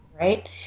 Right